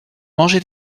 mangé